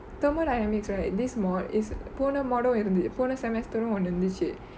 thermodynamics right this mod is போன:pone mod டு இருந்து~ போன:du irundthu~ pone semester ரு ஒன்னு இருந்துச்சி:ru onnu irundthuchsi